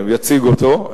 יציגו אותו,